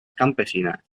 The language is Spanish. campesinas